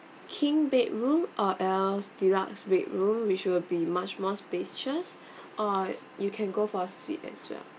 king bedroom or else deluxe bedroom which will be much more spacious or you can go for suite as well